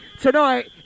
Tonight